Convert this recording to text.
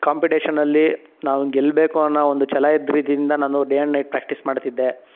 ಕಾಂಪಿಟೇಷನ್ನಲ್ಲಿ ನಾವ್ ಗೆಲ್ಬೇಕು ಅನ್ನೋ ಒಂದು ಛಲ ಇದ್ರಿದಿಂದ ನಾನು ಡೇ ಆ್ಯಂಡ್ ನೈಟ್ ಪ್ರ್ಯಾಕ್ಟಿಸ್ ಮಾಡ್ತಿದ್ದೆ